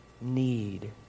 need